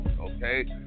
okay